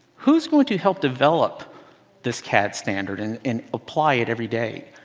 who's going to help develop this cad standard and and apply it every day?